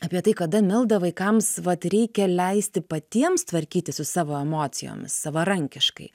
apie tai kada milda vaikams vat reikia leisti patiems tvarkytis su savo emocijomis savarankiškai